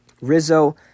Rizzo